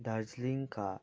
दार्जिलिङका